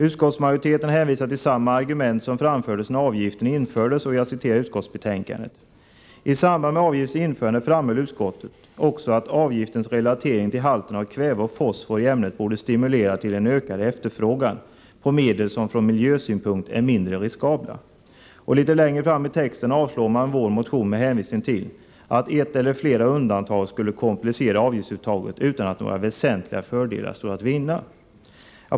Utskottets majoritet hänvisar till samma argument som framfördes när avgiften infördes, och jag citerar ur utskottsbetänkandet: ”I samband med avgiftens införande framhöll utskottet också att avgiftens relatering till halten av kväve och fosfor i ämnet borde stimulera till en ökad efterfrågan på medel som från miljösynpunkt är mindre riskabla.” Litet längre fram i texten avstyrker man vår motion med hänvisning till att ett eller flera undantag skulle komplicera avgiftsuttaget utan att några väsentliga fördelar står att vinna.